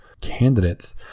candidates